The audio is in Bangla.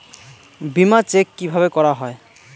বিমা চেক কিভাবে করা হয়?